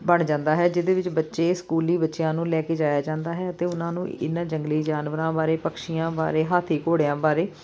ਬਣ ਜਾਂਦਾ ਹੈ ਜਿਹਦੇ ਵਿੱਚ ਬੱਚੇ ਸਕੂਲੀ ਬੱਚਿਆਂ ਨੂੰ ਲੈ ਕੇ ਜਾਇਆ ਜਾਂਦਾ ਹੈ ਅਤੇ ਉਹਨਾਂ ਨੂੰ ਇਹਨਾਂ ਜੰਗਲੀ ਜਾਨਵਰਾਂ ਬਾਰੇ ਪਕਸ਼ੀਆਂ ਬਾਰੇ ਹਾਥੀ ਘੋੜਿਆਂ ਬਾਰੇ